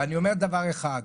ואני אומר דבר אחד,